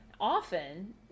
Often